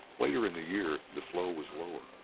later in the year the flow was lower,